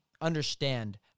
understand